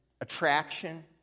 attraction